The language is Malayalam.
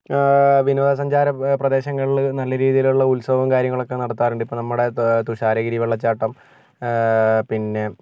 വിനോദസഞ്ചാരം പ്രദേശങ്ങളിൽ നല്ല രീതിയിലുള്ള ഉത്സവം കാര്യങ്ങളൊക്കെ നടത്താറുണ്ട് ഇപ്പം നമ്മുടെ തുഷാരഗിരി വെള്ളച്ചാട്ടം പിന്നെ